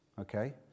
okay